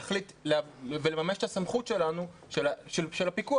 להחליט ולממש את הסמכות שלנו של הפיקוח,